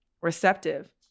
receptive